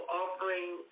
offering